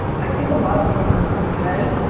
i think a lot of what you heard from me today,